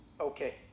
okay